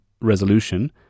resolution